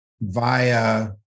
via